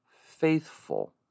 faithful